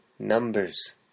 Numbers